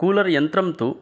कूलर्यन्त्रं तु